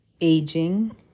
aging